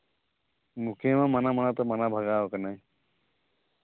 ᱢᱩᱠᱷᱤᱭᱟᱹ ᱢᱟ ᱢᱟᱱᱟ ᱢᱟᱱᱟᱛᱮ ᱢᱟᱱᱟ ᱵᱷᱟᱜᱟᱣ ᱠᱟᱱᱟᱭ